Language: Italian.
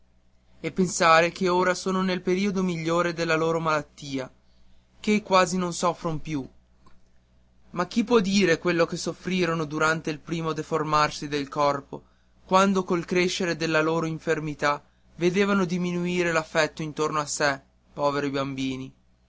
e pensare che ora son nel periodo migliore della loro malattia ché quasi non soffron più ma chi può dire quello che soffrirono durante il primo deformarsi del corpo quando col crescere della loro infermità vedevano diminuire l'affetto intorno a sé poveri bambini